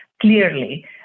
clearly